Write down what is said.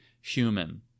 human